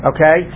Okay